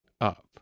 up